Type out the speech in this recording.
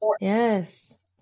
Yes